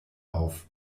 auf